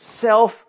self